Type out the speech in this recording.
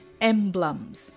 Emblems